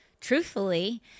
truthfully